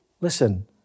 Listen